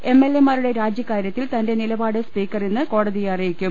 എംഎൽഎമാരുടെ രാജിക്കാരൃത്തിൽ തന്റെ നിലപാട് സ്പീക്കർ ഇന്ന് സുപ്രീംകോടതിയെ അറിയിക്കും